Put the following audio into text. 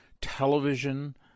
television